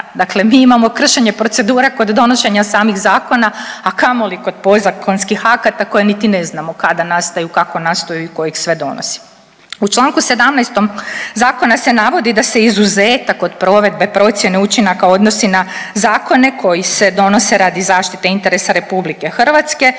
Dakle mi imam kršenje procedura kod donošenja samih zakona, a kamoli kod podzakonskih akata koje niti ne znam kada nastaju i kako nastaju i tko ih sve donosi. U čl. 17. zakona se navodi da se izuzetak od provedbe procjene učinaka odnosi na zakone koji se donose radi zaštite interesa RH,